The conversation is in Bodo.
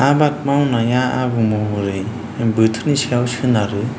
आबाद मावनाया आबुं महरै बोथोरनि सायाव सोनारो